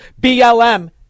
BLM